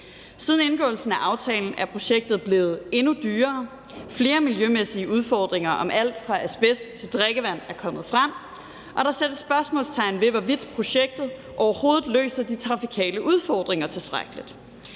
Siden indgåelsen af aftalen er projektet blevet endnu dyrere. Flere miljømæssige udfordringer om alt fra asbest til drikkevand er kommet frem, og der sættes spørgsmålstegn ved, hvorvidt projektet overhovedet løser de trafikale udfordringer tilstrækkeligt.